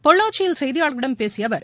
பொள்ளாச்சியில் செய்தியாளர்களிடம் பேசிய அவர்